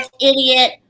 idiot